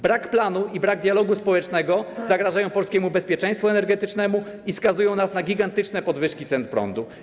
Brak planu i brak dialogu społecznego zagrażają polskiemu bezpieczeństwu energetycznemu i skazują nas na gigantyczne podwyżki cen prądu.